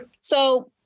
So-